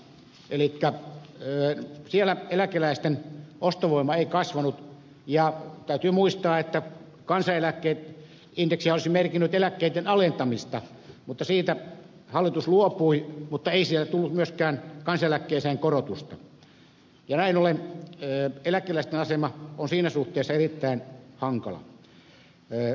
elikkä siellä eläkeläisten ostovoima ei kasvanut ja täytyy muistaa että kansaneläkeindeksihän olisi merkinnyt eläkkeiden alentamista mutta siitä hallitus luopui mutta ei sieltä tullut myöskään kansaneläkkeeseen korotusta ja näin ollen eläkeläisten asema on siinä suhteessa erittäin hankala